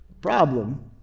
problem